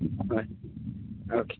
हय ओके